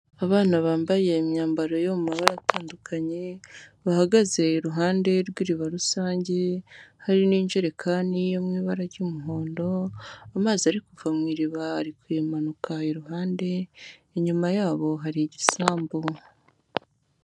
Abana bambaye imyambaro yo mu mabara atandukanye, bahagaze iruhande rw'iriba rusange, hari n'injerekani yo mu ibara ry'umuhondo amazi ari kuva mu iriba ari kuyimanuka iruhande inyuma yabo hari igisambo.